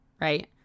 right